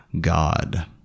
God